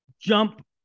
jump